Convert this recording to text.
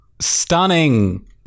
stunning